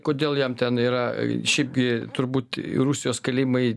kodėl jam ten yra šiaip gi turbūt ir rusijos kalėjimai